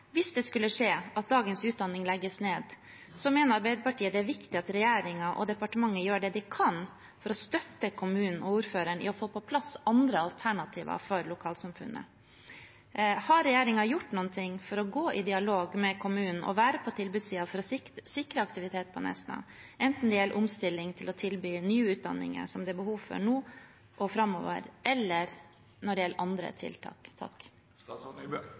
Hvis det skulle skje at dagens utdanning legges ned, mener Arbeiderpartiet det er viktig at regjeringen og departementet gjør det de kan for å støtte kommunen og ordføreren i å få på plass andre alternativer for lokalsamfunnet. Har regjeringen gjort noe for å gå i dialog med kommunen og være på tilbudssiden for å sikre aktivitet på Nesna, enten det gjelder omstilling for å tilby nye utdanninger som det er behov for nå og framover, eller når det gjelder andre tiltak?